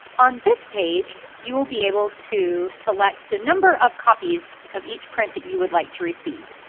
on this page you will be able to select the number of copies of each print that you would like to receive.